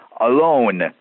alone